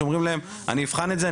שאומרים להם אני אבחן את זה,